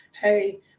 Hey